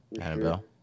Annabelle